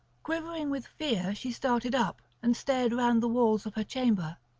quivering with fear she started up, and stared round the walls of her chamber,